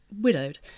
widowed